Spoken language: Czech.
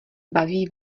baví